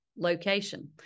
location